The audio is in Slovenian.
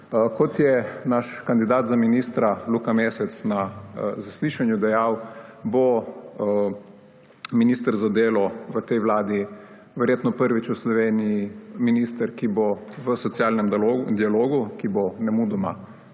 Kot je naš kandidat za ministra Luka Mesec na zaslišanju dejal, bo minister za delo v tej vladi verjetno prvič v Sloveniji minister, ki bo v socialnem dialogu, ki bo nemudoma